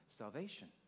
salvation